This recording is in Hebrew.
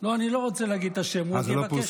לא, אני לא רוצה להגיד את השם, הוא עוד יבקש,